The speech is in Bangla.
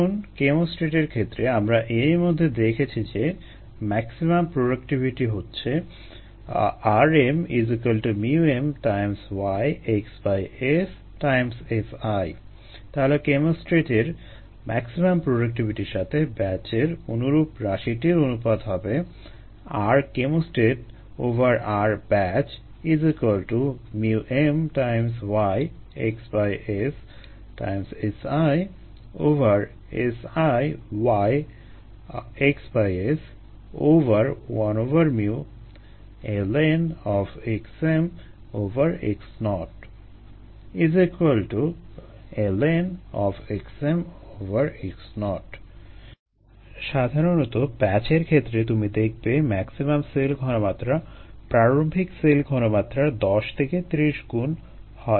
এখন কেমোস্ট্যাটের ক্ষেত্রে আমরা এরই মধ্যে দেখেছি যে ম্যাক্সিমাম প্রোডাক্টিভিটি হচ্ছে 𝑅𝑚 𝜇𝑚 তাহলে কেমোস্ট্যাটের ম্যাক্সিমাম প্রোডাক্টিভিটির সাথে ব্যাচের অনুরূপ রাশিটির অনুপাত হবে RchemostatRbatchmYxS SiSi YxS1m xmx0 xmx0 সাধারণত ব্যাচের ক্ষেত্রে তুমি দেখবে ম্যাক্সিমাম সেল ঘনমাত্রা প্রারম্ভিক সেল ঘনমাত্রার 10 থেকে 30 গুণ হয়